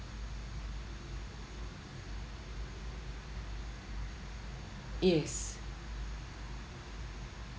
yes